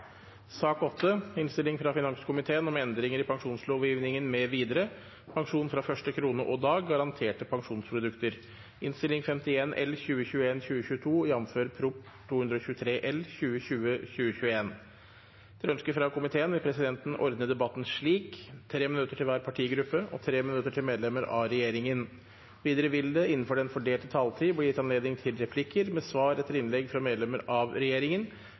sak nr. 3. Sakene nr. 4 og 5 vil bli behandlet under ett. Etter ønske fra finanskomiteen vil presidenten ordne debatten slik: 5 minutter til hver partigruppe og 5 minutter til medlemmer av regjeringen. Videre vil det – innenfor den fordelte taletid – bli gitt anledning til replikker med svar etter innlegg fra medlemmer av regjeringen,